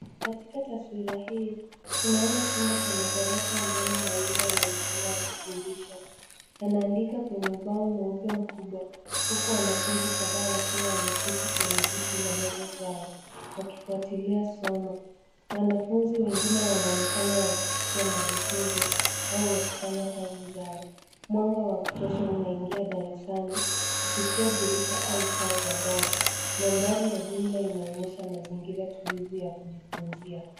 Katika taswira hii, tunaona chumba cha madarasa ambamo mwalimu anaonekana akifundisha. Anaandika kwenye ubao mweupe mkubwa, huku wanafunzi kadhaa wakiwa wameketi kwenye viti na meza zao, wakifuatilia somo. Wanafunzi wengine wanaonekana wakichukua madokezo au wakifanya kazi zao. Mwanga wa kutosha unaingia darasani kupitia dirisha au taa za dari. Mandhari ya jumla inaonyesha mazingira tulivu ya kujifunzia.